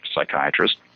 psychiatrist